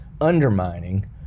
undermining